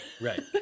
Right